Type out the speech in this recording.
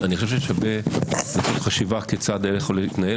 שווה לעשות חשיבה כיצד להתנהל.